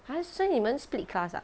!huh! 所以你们 split class ah